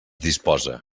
disposa